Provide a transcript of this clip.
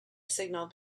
signal